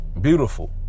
Beautiful